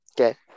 Okay